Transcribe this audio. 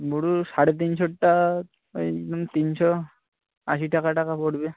blue সাড়ে তিনশোরটা ওই তিনশো আশি টাকা টাকা পড়বে